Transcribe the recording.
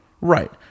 Right